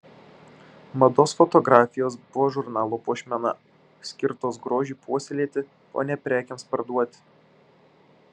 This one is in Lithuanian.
mados fotografijos buvo žurnalo puošmena skirtos grožiui puoselėti o ne prekėms parduoti